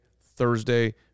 Thursday